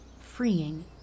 freeing